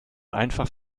einfach